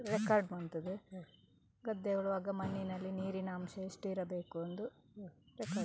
ಗದ್ದೆ ಉಳುವಾಗ ಮಣ್ಣಿನಲ್ಲಿ ನೀರಿನ ಅಂಶ ಎಷ್ಟು ಇರಬೇಕು?